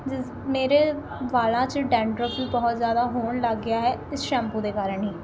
ਜਿਸ ਮੇਰੇ ਵਾਲਾਂ 'ਚ ਡੈਂਡਰੋਫ ਵੀ ਬਹੁਤ ਜ਼ਿਆਦਾ ਹੋਣ ਲੱਗ ਗਿਆ ਹੈ ਇਸ ਸ਼ੈਂਪੂ ਦੇ ਕਾਰਨ ਹੀ